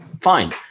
fine